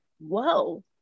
whoa